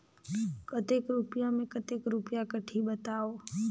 कतेक रुपिया मे कतेक रुपिया कटही बताव?